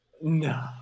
No